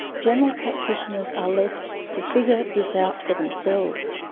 general practitioners are left to figure this out for themselves.